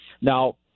now